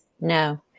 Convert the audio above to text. No